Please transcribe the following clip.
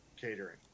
catering